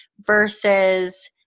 versus